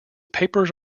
papers